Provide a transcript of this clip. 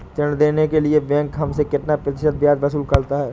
ऋण देने के लिए बैंक हमसे कितना प्रतिशत ब्याज वसूल करता है?